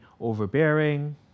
overbearing